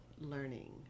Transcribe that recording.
learning